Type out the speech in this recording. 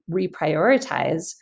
reprioritize